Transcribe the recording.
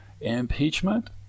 impeachment